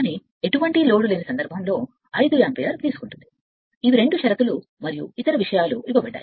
కానీ ఎటువంటి లోడ్ లేకుండా 5 యాంపియర్ తీసుకుంటుంది 2 షరతులు మరియు ఇతర విషయాలు ఇవ్వబడ్డాయి